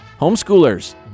Homeschoolers